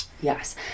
yes